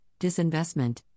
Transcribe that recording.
disinvestment